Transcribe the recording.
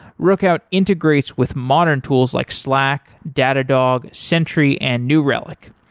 rookout integrates with modern tools like slack, datadog, sentry and new relic.